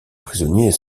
prisonniers